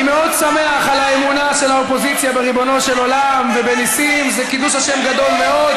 אפילו המערכת לא עומדת בבושה הזאת.